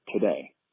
today